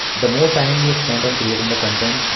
the more time you spend um creating the content,